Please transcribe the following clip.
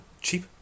cheap